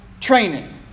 training